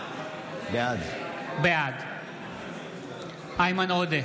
בעד איימן עודה,